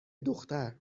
دختر